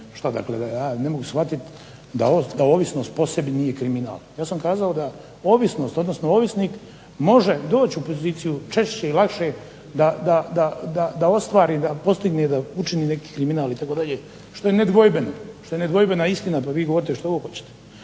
Što dakle da ja ne mogu shvatiti da ovisnost po sebi nije kriminal? Ja sam kazao da ovisnost, odnosno ovisnik može doći u poziciju češće i lakše da ostvari, da postigne, da učini neki kriminal itd., što je nedvojbeno, što je nedvojbena istina pa vi govorite što god hoćete.